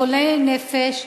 חולי נפש,